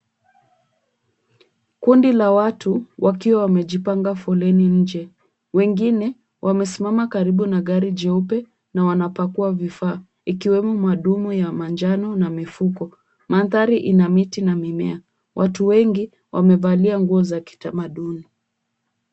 Kundi la watu wakiwa wamejipanga foleni nje. Wengine wamesimama karibu na gari jeupe na wanapakua vifaa ikiwemo madumu ya manjano na mifuko. Mandhari ina miti na mimea. Watu wengi wamevalia nguo za kitamaduni.